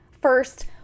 First